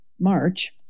March